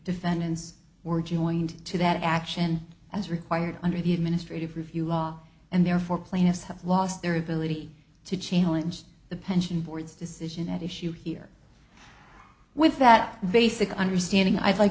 defendants were joined to that action as required under the administrative review law and therefore plans have lost their ability to challenge the pension board's decision at issue here with that basic understanding i'd like